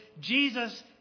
Jesus